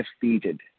defeated